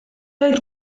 oedd